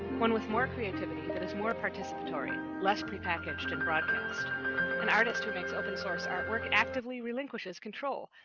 one with more creativity, that is more participatory, less prepackaged and broadcast an artist who makes open-sourced artwork actively relinquishes control,